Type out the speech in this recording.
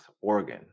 organ